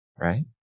right